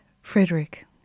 Frederick